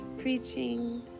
preaching